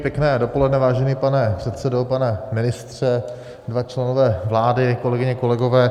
Pěkné dopoledne, vážený pane předsedo, pane ministře, dva členové vlády, kolegyně, kolegové.